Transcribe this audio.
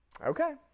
Okay